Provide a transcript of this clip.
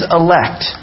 elect